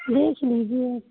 देख लीजिए